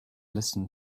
listen